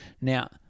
Now